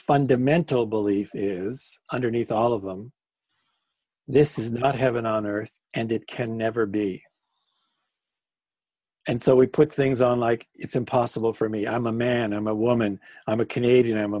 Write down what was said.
fundamental belief is underneath all of them this is not heaven on earth and it can never be and so we put things on like it's impossible for me i'm a man i'm a woman i'm a canadian